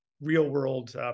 real-world